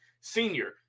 Senior